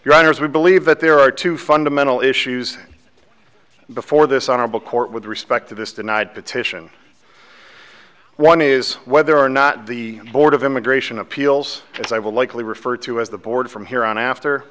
your honor as we believe that there are two fundamental issues before this honorable court with respect to this denied petition one is whether or not the board of immigration appeals as i will likely refer to as the board from here on after